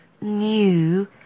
new